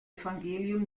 evangelium